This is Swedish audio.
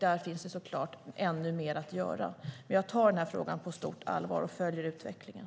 Där finns det så klart ännu mer att göra. Jag tar frågan på stort allvar och följer utvecklingen.